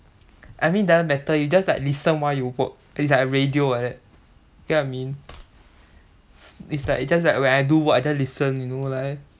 I mean doesn't matter you just like listen while you work then it's like a radio like that get what I mean it's like just like when I do work I just listen you know like